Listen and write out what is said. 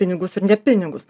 pinigus ir ne pinigus